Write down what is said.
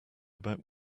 about